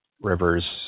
Rivers